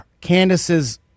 Candace's